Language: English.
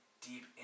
deep